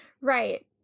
right